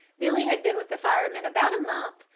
billy had been with the firemen about a month,